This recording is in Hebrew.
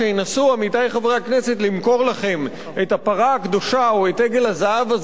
למכור לכם את הפרה הקדושה או את עגל הזהב הזה של יעד הגירעון,